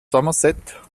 somerset